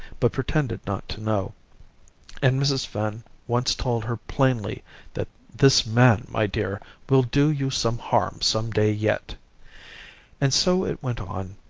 but pretended not to know and mrs. finn once told her plainly that this man, my dear, will do you some harm some day yet and so it went on.